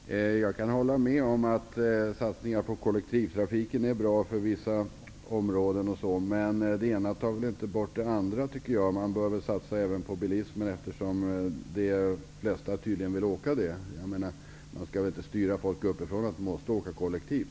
Herr talman! Jag kan hålla med om att satsningar på kollektivtrafiken är bra för t.ex. vissa områden. Men jag tycker att det ena för den skull inte utesluter det andra. Man bör satsa också på bilismen, eftersom de flesta tydligen väljer bilen. Människor skall ju inte styras uppifrån med krav på att de skall åka kollektivt.